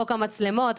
חוק המצלמות.